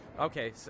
Okay